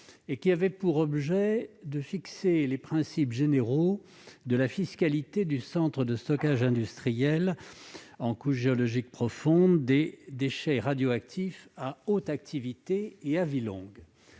qui avait pour objet de fixer les principes généraux de la fiscalité du centre de stockage industriel en couches géologiques profondes des déchets radioactifs à haute activité et à vie longue